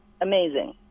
Amazing